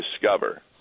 discover